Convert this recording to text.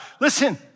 Listen